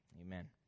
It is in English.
Amen